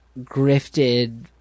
grifted